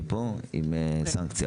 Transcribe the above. ממרפאות לוינגר,